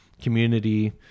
community